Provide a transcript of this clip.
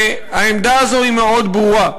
והעמדה הזאת מאוד ברורה: